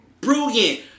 brilliant